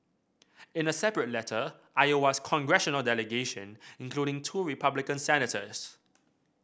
in a separate letter Iowa's congressional delegation including two Republican senators